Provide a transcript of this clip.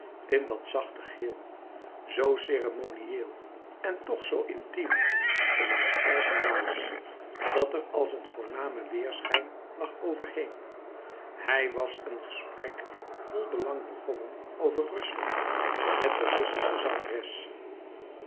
in dat zachte geel zoo ceremonieel en toch zoo intiem om haar eigen waas dat er als een voorname weêrschijn lag overheen hij was een gesprek vol belang begonnen over rusland met de russische zangeres